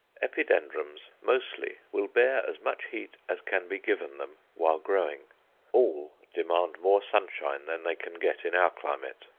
epidendrums mostly will bear as much heat as can be given them while growing all demand more sunshine than they can get in our climate.